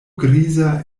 griza